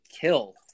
kill